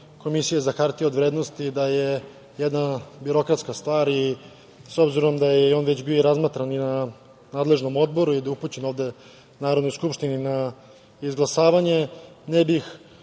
Komisije za hartije od vrednosti da je jedna birokratska stvar i s obzirom da je i on već bio razmatran i na nadležnom odboru i da je upućen ovde Narodnoj skupštini na izglasavanje ne bih